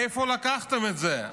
מאיפה לקחתם את זה?